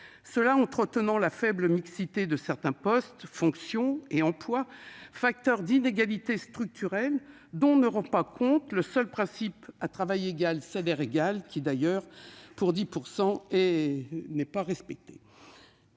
Cela entretient la faible mixité de certains postes, fonctions et emplois, facteur d'inégalités structurelles dont ne rend pas compte le seul principe « à travail égal, salaire égal »- ce principe n'est d'ailleurs pas respecté,